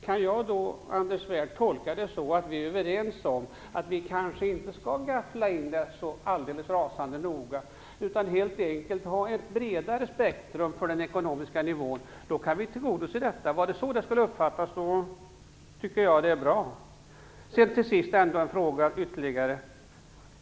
Kan jag, Anders Svärd, tolka detta så, att vi är överens om att vi kanske inte skall gaffla in det så alldeles rasande noga, utan helt enkelt ha ett bredare spektrum för den ekonomiska nivån? Då kan vill tillgodose detta. Var det så det skulle uppfattas tycker jag att det är bra. Sedan till sist ytterligare en fråga.